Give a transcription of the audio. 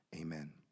Amen